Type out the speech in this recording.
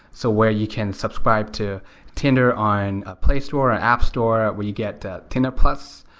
so where you can subscribe to tinder on a play store, an app store where you get tinder plus,